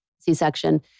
C-section